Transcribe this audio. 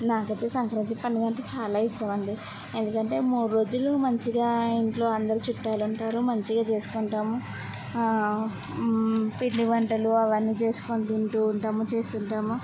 నాకయితే సంక్రాంతి పండగంటే చాలా ఇష్టమండి ఎందుకంటే మూడు రోజులు మంచిగా ఇంట్లో అందరు చుట్టాలు ఉంటారు మంచిగా చేసుకుంటాము పిండివంటలు అవన్నీ చేసుకొని తింటూ ఉంటాము చేస్తుంటాము